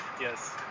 Yes